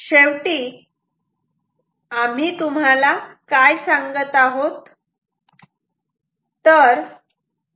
शेवटी आम्ही तुम्हाला काय सांगत आहोत